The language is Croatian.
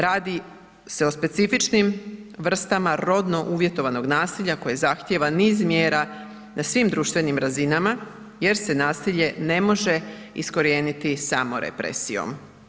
Radi se o specifičnim vrstama rodno uvjetovanog nasilja koji zahtjeva niz mjera na svim društvenim razinama jer se nasilje ne može iskorijeniti samo represijom.